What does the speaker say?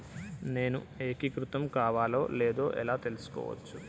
నేను ఏకీకృతం కావాలో లేదో ఎలా తెలుసుకోవచ్చు?